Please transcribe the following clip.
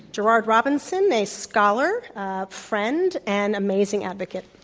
gerard robinson, a scholar, a friend, and amazing advocate.